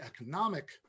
economic